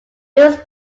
louis